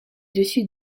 dessus